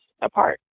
apart